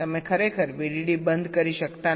તેથી તમે ખરેખર VDD બંધ કરી શકતા નથી